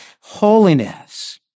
holiness